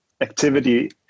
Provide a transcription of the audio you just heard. activity